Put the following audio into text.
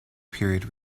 period